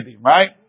right